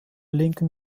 linken